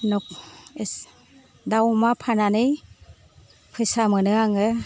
न' दाउ अमा फाननानै फैसा मोनो आङो